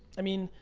i mean,